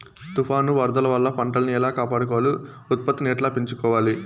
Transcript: తుఫాను, వరదల వల్ల పంటలని ఎలా కాపాడుకోవాలి, ఉత్పత్తిని ఎట్లా పెంచుకోవాల?